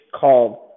called